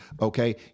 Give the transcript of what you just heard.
Okay